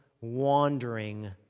wandering